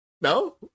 No